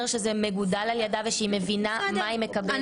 שזה מגודל על ידה ושהיא מבינה מה היא מקבלת.